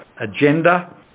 agenda